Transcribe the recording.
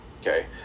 okay